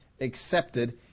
accepted